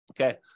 Okay